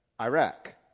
Iraq